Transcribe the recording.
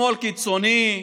שמאל קיצוני,